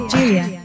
Julia